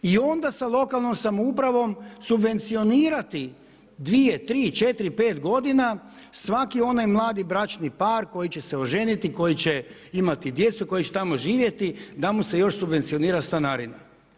I onda sa lokalnom samoupravom subvencionirati dvije, tri, četiri, pet godina svaki onaj mladi bračni par koji će se oženiti, koji će imati djecu, koji će tamo živjeti da mu se još subvencionira stanarina.